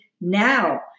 now